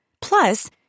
Plus